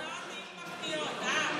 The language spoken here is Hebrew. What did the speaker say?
התוצאות יהיו מפתיעות.